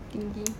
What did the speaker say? tinggi